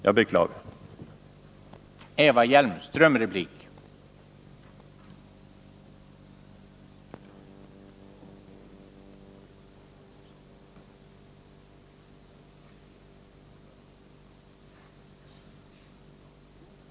Jag beklagar det.